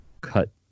cut